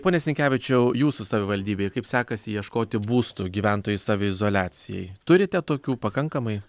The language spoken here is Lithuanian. pone sinkevičiau jūsų savivaldybėj kaip sekasi ieškoti būstų gyventojų saviizoliacijai turite tokių pakankamai